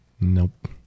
Nope